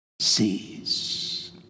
sees